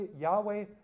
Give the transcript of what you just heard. Yahweh